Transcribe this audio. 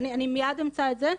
אני מיד אמצא את זה.